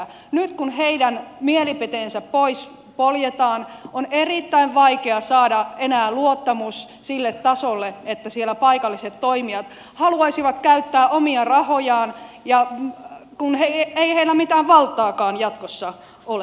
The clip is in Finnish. nyt kun heidän mielipiteensä poljetaan on erittäin vaikea saada enää luottamusta sille tasolle että siellä paikalliset toimijat haluaisivat käyttää omia rahojaan kun ei heillä mitään valtaakaan jatkossa ole